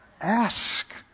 ask